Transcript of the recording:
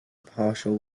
partial